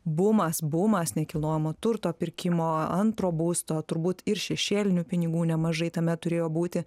bumas bumas nekilnojamo turto pirkimo antro būsto turbūt ir šešėlinių pinigų nemažai tame turėjo būti